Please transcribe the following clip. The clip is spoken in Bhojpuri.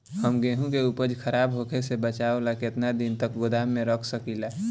हम गेहूं के उपज खराब होखे से बचाव ला केतना दिन तक गोदाम रख सकी ला?